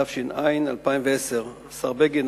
התש"ע 2010. השר בגין,